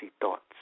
thoughts